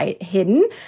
hidden